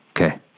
Okay